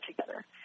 together